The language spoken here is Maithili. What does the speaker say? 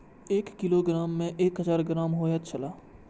एक किलोग्राम में एक हजार ग्राम होयत छला